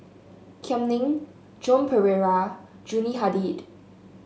Kam Ning Joan Pereira Yuni Hadi